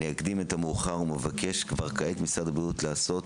אני אקדים את המאוחר ואבקש כבר כעת ממשרד הבריאות לעשות